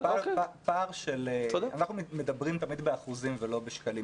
אנחנו תמיד מדברים באחוזים ולא בשקלים.